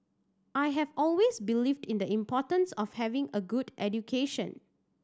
I have always believed in the importance of having a good education